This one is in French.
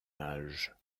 age